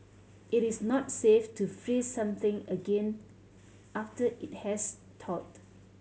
it is not safe to freeze something again after it has thawed